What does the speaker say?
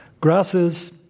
Grasses